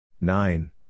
Nine